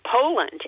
Poland